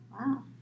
Wow